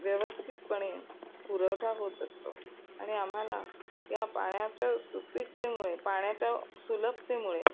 व्यवस्थितपणे पुरवठा होत असतो आणि आम्हाला या पाण्याच्या सुपीकतेमुळे पाण्याच्या सुलभतेमुळे